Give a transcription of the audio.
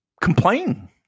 complain